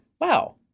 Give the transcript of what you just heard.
wow